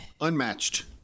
Unmatched